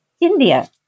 India